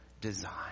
design